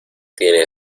tiene